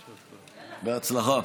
בהצלחה.